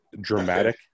dramatic